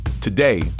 Today